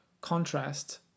contrast